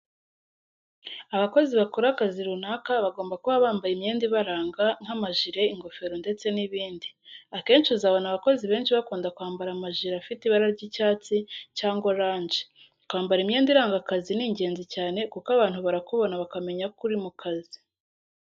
Abakozi bakora akazi runaka, bagomba kuba bambaye imyenda ibaranga nk'amajire, ingofero ndetse n'ibindi. Akenshi uzabona abakozi benshi bakunda kwambara imajire afite ibara ry'icyatsi cyangwa oranje. Kwambara imyenda iranga akazi ni ingenzi cyane kuko abantu barakubona bakamenya ko uri mu kazi.